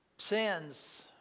Sins